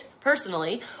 personally